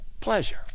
pleasure